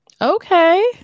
Okay